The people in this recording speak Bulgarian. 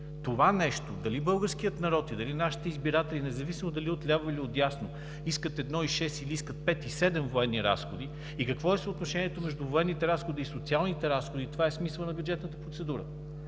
Това нещо дали българският народ и дали нашите избиратели, независимо дали отляво или отдясно, искат 1,6 или искат 5,7 военни разходи и какво е съотношението между военните разходи и социалните разходи – това е смисълът на бюджетната процедура.